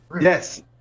Yes